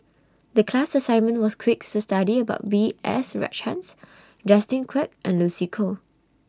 The class assignment was creak study about B S Rajhans Justin Quek and Lucy Koh